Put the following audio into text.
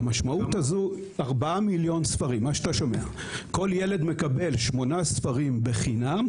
כל ילד מקבל 8 ספרים בחינם.